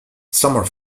summer